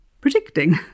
Predicting